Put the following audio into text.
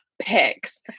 picks